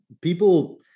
people